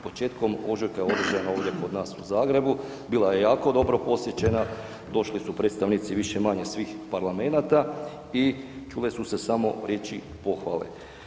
Početkom ožujka je održana ovdje kod nas u Zagrebu, bila je jako dobro posjećena, došli su predstavnici više-manje svih parlamenata i čule su se samo riječi pohvale.